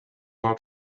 lot